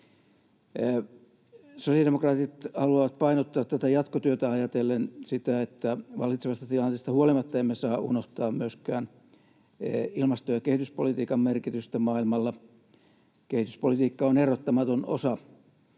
Sosiaalidemokraatit haluavat painottaa jatkotyötä ajatellen sitä, että vallitsevasta tilanteesta huolimatta emme saa unohtaa myöskään ilmasto- ja kehityspolitiikan merkitystä maailmalla. Kehityspolitiikka on erottamaton osa